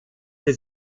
sie